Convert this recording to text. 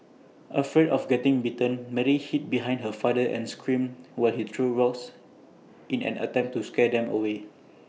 afraid of getting bitten Mary hid behind her father and screamed while he threw rocks in an attempt to scare them away